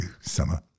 summer